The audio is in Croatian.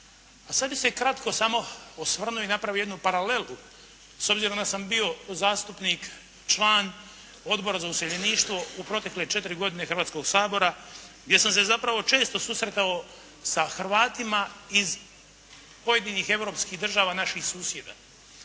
A sada bih se kratko samo osvrnuo i napravio jednu paralelu s obzirom da sam bio zastupnik, član Odbora za useljeništvo u protekle četiri godine Hrvatskoga sabora, gdje sam se zapravo često susretao sa Hrvatima iz pojedinih europskih država, naših susjeda,